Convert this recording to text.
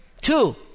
Two